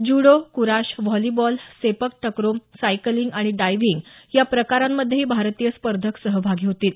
judo kurash volleyball sepak takraw cycling आणि diving या प्रकारांमध्येही भारतीय स्पर्धक सहभागी होतील